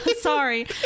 Sorry